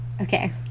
Okay